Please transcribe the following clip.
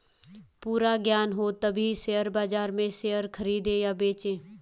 पूरा ज्ञान हो तभी शेयर बाजार में शेयर खरीदे या बेचे